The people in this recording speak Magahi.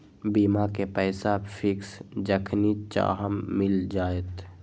बीमा के पैसा फिक्स जखनि चाहम मिल जाएत?